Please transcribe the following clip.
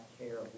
care